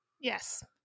Yes